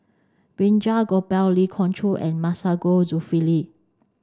Balraj Gopal Lee Khoon Choy and Masagos Zulkifli